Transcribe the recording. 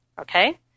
okay